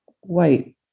white